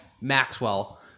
Maxwell